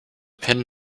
pin